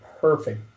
perfect